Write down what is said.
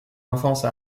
enfance